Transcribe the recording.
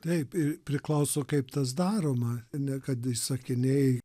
taip ir priklauso kaip tas daroma ne kad įsakinėji